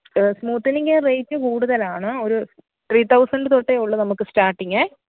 ആ smoothening rate കൂടുതലാണ് ഒരു ത്രീ ത്തൗസന്റ് തൊട്ടേ ഉള്ളു നമുക്ക് സ്റ്റാട്ടിങ്